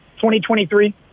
2023